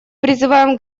призываем